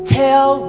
tell